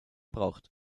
braucht